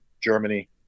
Germany